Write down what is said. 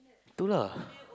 too lah